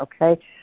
okay